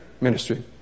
ministry